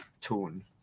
tune